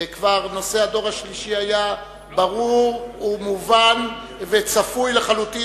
נושא הדור השלישי היה כבר ברור ומובן וצפוי לחלוטין.